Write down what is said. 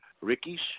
Ricky's